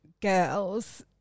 girls